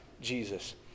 Jesus